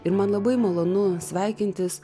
ir man labai malonu sveikintis